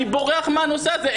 אני בורח מהנושא הזה,